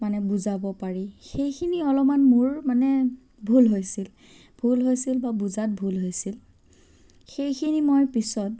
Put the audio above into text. মানে বুজাব পাৰি সেইখিনি অলপমান মোৰ মানে ভুল হৈছিল ভুল হৈছিল বা বুজাত ভুল হৈছিল সেইখিনি মই পিছত